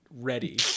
ready